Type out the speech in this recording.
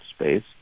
space